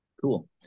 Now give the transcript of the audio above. Cool